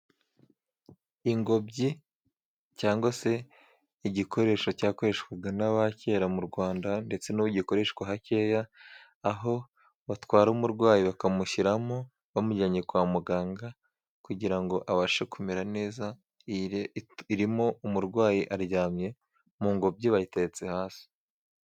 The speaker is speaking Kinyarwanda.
Ingobyi cyangwa se igikoresho cyakoreshwaga n'abakera mu Rwanda ndetse n'ubu gikoreshwa hakeya, aho batwara umurwayi bakamushyiramo bamujyanye kwa muganga, kugira ngo abashe kumera neza. Iyi irimo umurwayi aryamye mu ngobyi, bayiteretse hasi.